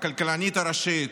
הכלכלנית הראשית,